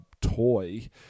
toy